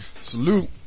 Salute